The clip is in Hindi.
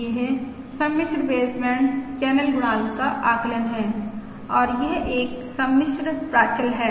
यह सम्मिश्र बेसबैंड चैनल गुणांक का आकलन है और यह एक सम्मिश्र प्राचल है